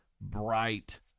bright